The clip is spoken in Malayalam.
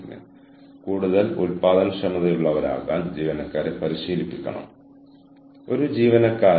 നിങ്ങളുടെ തന്ത്രപരമായ ലക്ഷ്യങ്ങൾ കൈവരിക്കുന്നതിന് നിങ്ങൾ നിരന്തരം സമയത്തിനൊപ്പം നിൽക്കുന്നു